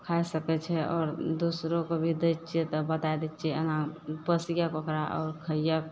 खाइ सकय छै आओर दोसरोके भी दै छियै तऽ बताय दै छियै एना पोसीहक ओकरा आओर खैहक